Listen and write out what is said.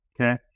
Okay